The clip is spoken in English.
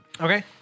Okay